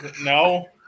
No